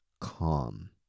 calm